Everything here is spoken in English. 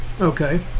Okay